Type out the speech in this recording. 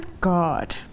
God